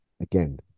again